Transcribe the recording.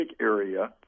area